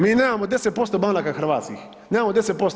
Mi nemamo 10% banaka hrvatskih, nemamo 10%